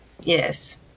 Yes